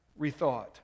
rethought